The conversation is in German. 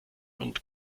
und